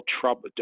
trouble